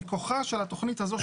מכוחה של התכנית הזאת.